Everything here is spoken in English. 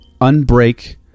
unbreak